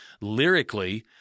Lyrically